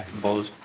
opposed?